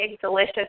delicious